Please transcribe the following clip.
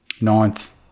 Ninth